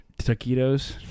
Taquitos